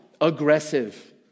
aggressive